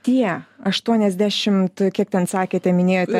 tie aštuoniasdešimt kiek ten sakėte minėjote